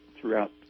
throughout